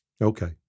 Okay